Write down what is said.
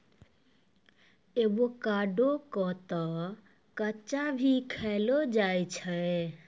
avocado क तॅ कच्चा भी खैलो जाय छै